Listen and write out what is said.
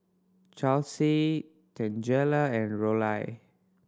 Charlsie Tangela and Rollie